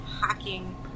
hacking